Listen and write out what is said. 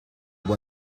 منه